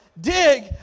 Dig